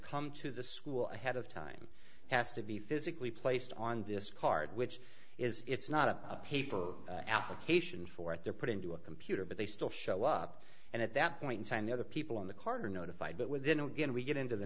come to the school ahead of time has to be physically placed on this card which is it's not a paper application for it they're put into a computer but they still show up and at that point in time the other people on the card are notified but within again we get into the